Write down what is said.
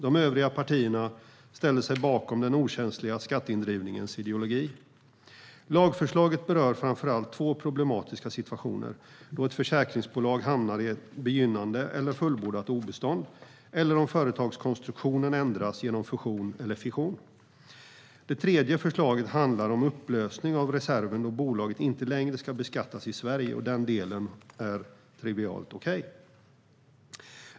De övriga partierna ställer sig bakom den okänsliga skatteindrivningens ideologi. Lagförslaget berör framför allt två problematiska situationer då ett försäkringsbolag hamnar i ett begynnande eller fullbordat obestånd eller om företagskonstruktionen ändras genom fusion eller fission. Det tredje förslaget handlar om upplösning av reserven då bolaget inte längre ska beskattas i Sverige. Den delen är trivial och okej.